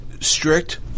strict